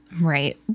Right